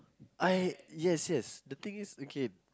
I yes yes the thing is okay